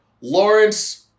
Lawrence